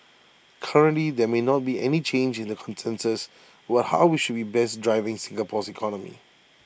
currently there may not be any change in the consensus about how we should be best driving Singapore's economy